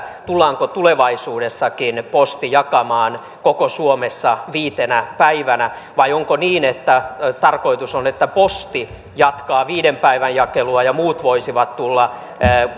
tullaanko tulevaisuudessakin posti jakamaan koko suomessa viitenä päivänä vai onko niin että tarkoitus on että posti jatkaa viiden päivän jakelua ja muut voisivat tulla